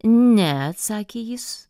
ne atsakė jis